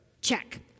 check